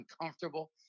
uncomfortable